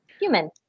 human